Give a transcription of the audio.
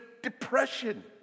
depression